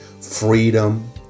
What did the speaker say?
freedom